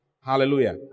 Hallelujah